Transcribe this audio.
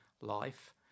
life